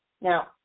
Now